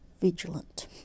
vigilant